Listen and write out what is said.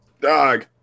dog